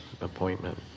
appointment